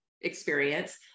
experience